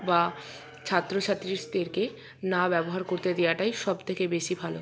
বা ছাত্র ছাত্রীর না ব্যবহার করতে দেওয়াটাই সব থেকে বেশি ভালো